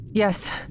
Yes